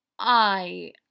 I